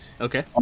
Okay